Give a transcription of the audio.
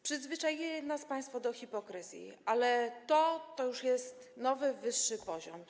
Przyzwyczaili nas państwo do hipokryzji, ale to już jest jej nowy, wyższy poziom.